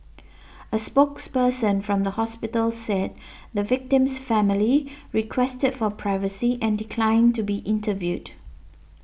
a spokesperson from the hospital said the victim's family requested for privacy and declined to be interviewed